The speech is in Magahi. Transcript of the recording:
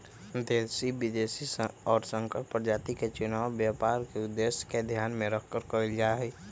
देशी, विदेशी और संकर प्रजाति के चुनाव व्यापार के उद्देश्य के ध्यान में रखकर कइल जाहई